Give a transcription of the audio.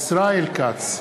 ישראל כץ,